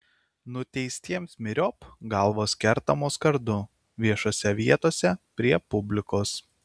nuteistiems myriop galvos kertamos kardu viešose vietose prie publikos